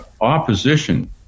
opposition